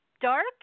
dark